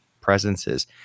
presences